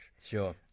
Sure